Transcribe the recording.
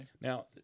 now